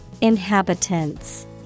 Inhabitants